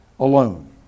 alone